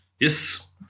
Yes